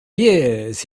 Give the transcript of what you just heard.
years